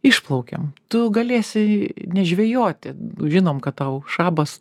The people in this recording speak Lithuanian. išplaukiam tu galėsi nežvejoti žinom kad tau šabas